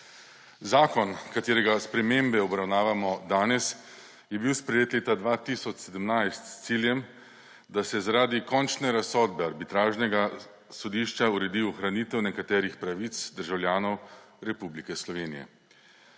Zakon, katerega spremembe obravnavamo danes, je bil sprejet leta 2017 s ciljem, da se zaradi končne razsodbe arbitražnega sodišča uredi ohranitev nekaterih pravic državljanov Republike Slovenije.